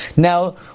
Now